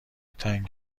تنگ